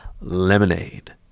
lemonade